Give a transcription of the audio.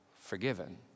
forgiven